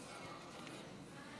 בעד,